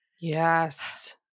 Yes